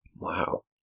wow